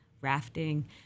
rafting